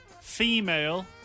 female